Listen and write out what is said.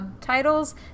titles